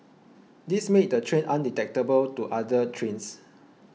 this made the train undetectable to other trains